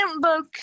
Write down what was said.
book